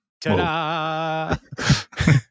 ta-da